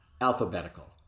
Alphabetical